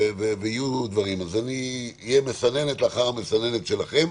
אז אני אהיה מסננת לאחר המסננת שלכם.